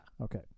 Okay